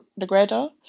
Negredo